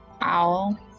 Owl